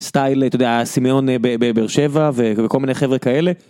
סטייל אתת יודע, הסימיון בבר שבע וכל מיני חבר'ה כאלה.